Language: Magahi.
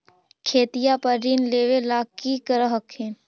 खेतिया पर ऋण लेबे ला की कर हखिन?